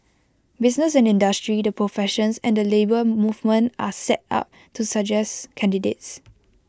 business and industry the professions and the Labour Movement are set up to suggest candidates